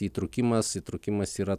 įtrūkimas įtrūkimas yra